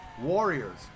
Warriors